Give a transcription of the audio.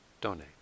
donate